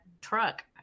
truck